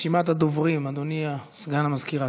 רשימת הדוברים, אדוני סגן המזכירה.